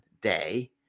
day